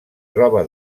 roba